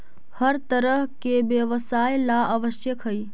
हर तरह के व्यवसाय ला आवश्यक हई